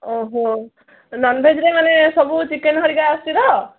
ଓହୋ ନନଭେଜରେ ମାନେ ସବୁ ଚିକେନ୍ ହରିକା ଆସୁଛି ତ